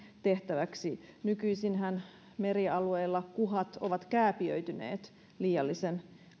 tehtäväksi nykyisinhän merialueilla kuhat ovat kääpiöityneet liiallisen